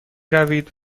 روید